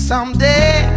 Someday